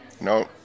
No